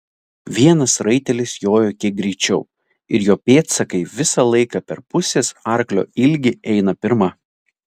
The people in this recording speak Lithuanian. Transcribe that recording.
vienas raitelis jojo kiek greičiau ir jo pėdsakai visą laiką per pusės arklio ilgį eina pirma